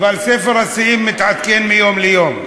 אבל ספר השיאים מתעדכן מיום ליום.